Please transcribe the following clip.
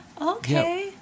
Okay